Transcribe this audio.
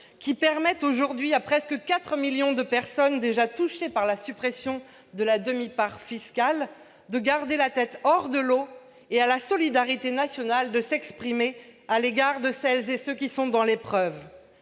qui permettent aujourd'hui à presque quatre millions de personnes déjà touchées par la suppression de la demi-part fiscale de garder la tête hors de l'eau, et à la solidarité nationale de s'exprimer à l'égard de celles et de ceux qui sont dans l'épreuve.